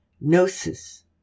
Gnosis